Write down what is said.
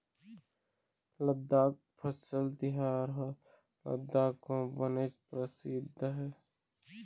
लद्दाख फसल तिहार ह लद्दाख म बनेच परसिद्ध हे